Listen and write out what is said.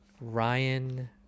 ryan